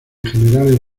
general